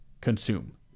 consume